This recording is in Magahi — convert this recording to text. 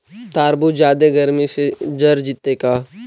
तारबुज जादे गर्मी से जर जितै का?